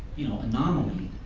you know, anomaly,